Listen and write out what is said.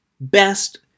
best